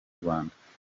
rwanda